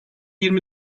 yirmi